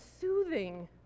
soothing